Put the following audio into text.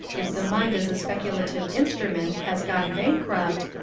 if the mind as a speculative instrument has gone bankrupt,